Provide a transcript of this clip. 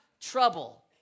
trouble